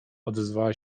ozwała